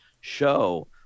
show